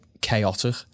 chaotic